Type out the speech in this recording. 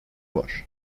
var